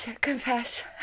confess